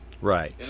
Right